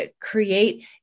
create